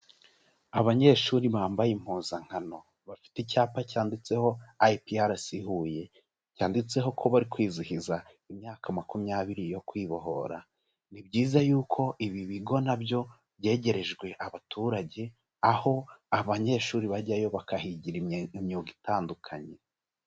Abanyeshuri bambaye impuzankano, bafite icyapa cyanditseho IPRC Huye, cyanditseho ko bari kwizihiza imyaka makumyabiri yo kwibohora. Ni byiza y'uko ibi bigo na byo byegerejwe abaturage, aho banyeshuri bajyayo bakahigira imyuga itandukanye.